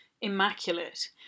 immaculate